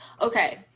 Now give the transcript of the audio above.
okay